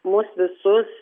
mus visus